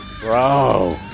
Bro